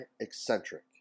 Eccentric